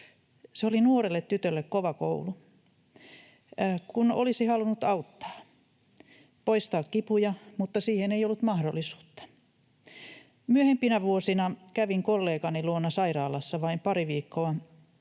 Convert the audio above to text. Se oli nuorelle tytölle kova koulu, kun olisi halunnut auttaa, poistaa kipuja, mutta siihen ei ollut mahdollisuutta. Myöhempinä vuosina kävin kollegani luona sairaalassa vain pari viikkoa